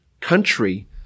country